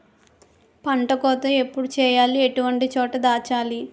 పంట కోత ఎప్పుడు చేయాలి? ఎటువంటి చోట దాచాలి?